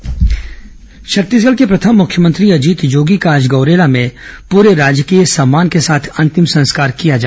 अजीत जोगी अंतिम संस्कार छत्तीसगढ के प्रथम मुख्यमंत्री अजीत जोगी का आज गौरेला में परे राजकीय सम्मान के साथ अंतिम संस्कार किया गया